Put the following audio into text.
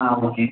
ആ ഓക്കെ